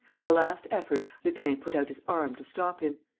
with a last effort, lupin put out his arm to stop him.